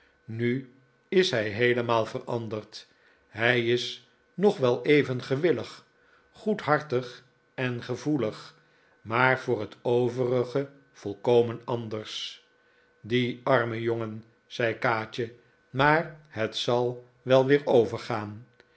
nu is hij heelemaal veranderd hij is nog wel even gewillig goedhartig en gevoelig maar voor het overige volkomen anders die arme jongen zei kaatje maar het zal wel weer overgaan